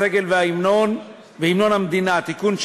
הסמל והמנון המדינה (תיקון,